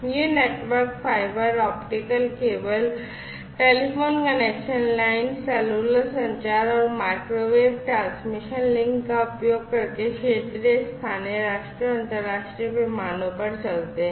ये network fibre optic cable telephone connection line cellular संचार और माइक्रोवेव ट्रांसमिशन लिंक का उपयोग करके क्षेत्रीय स्थानीय राष्ट्रीय और अंतर्राष्ट्रीय पैमानों पर चलते हैं